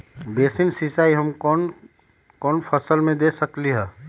Basin सिंचाई हम कौन कौन फसल में दे सकली हां?